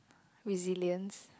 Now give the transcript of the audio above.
resilience